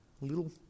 little